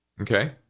Okay